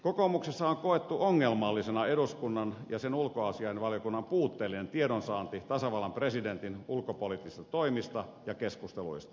kokoomuksessa on koettu ongelmallisena eduskunnan ja sen ulkoasiainvaliokunnan puutteellinen tiedonsaanti tasavallan presidentin ulkopoliittisista toimista ja keskusteluista